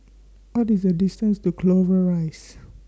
What IS The distance to Clover Rise